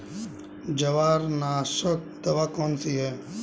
जवारनाशक दवा कौन सी है?